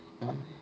mm